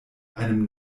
einem